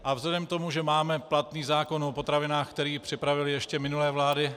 A vzhledem k tomu, že máme platný zákon o potravinách, který připravily ještě minulé vlády